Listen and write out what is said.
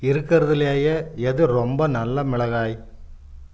இருக்கிறதிலேயே எது ரொம்ப நல்ல மிளகாய்